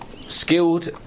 skilled